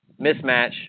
Mismatch